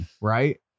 right